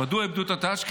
מדוע איבדו את הטאץ'?